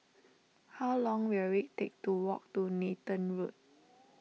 how long will it take to walk to Nathan Road